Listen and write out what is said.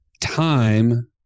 time